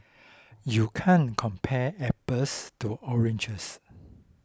you can't compare apples to oranges